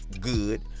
good